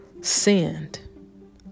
sinned